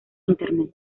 internet